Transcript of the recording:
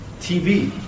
TV